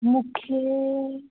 मूंखे